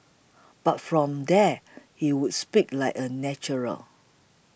but from there he would speak like a natural